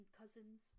cousins